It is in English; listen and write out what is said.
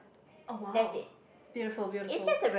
oh !wah! beautiful beautiful